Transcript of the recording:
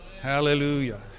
Hallelujah